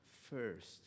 first